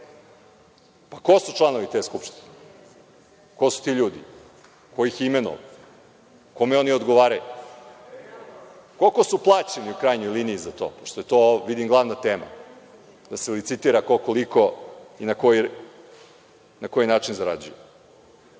Pa, ko su članovi te skupštine, ko su ti ljudi? Ko ih je imenovao, kome oni odgovaraju? Koliko su plaćeni, u krajnjoj liniji, za to, pošto je to vidim glavna tema, da se licitira ko, koliko i na koji način zarađuje? Ova